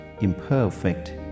imperfect